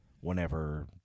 whenever